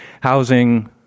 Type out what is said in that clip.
housing